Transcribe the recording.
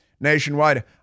nationwide